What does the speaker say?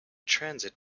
transit